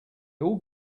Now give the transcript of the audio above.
all